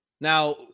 Now